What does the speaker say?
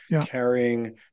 carrying